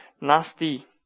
Nasty